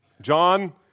John